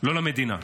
לא למדינה.